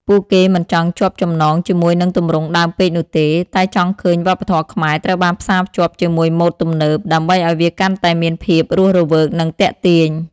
ពួកគេមិនចង់ជាប់ចំណងជាមួយនឹងទម្រង់ដើមពេកនោះទេ តែចង់ឃើញវប្បធម៌ខ្មែរត្រូវបានផ្សារភ្ជាប់ជាមួយម៉ូដទំនើប ដើម្បីឲ្យវាកាន់តែមានភាពរស់រវើកនិងទាក់ទាញ។